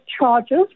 charges